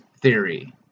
theory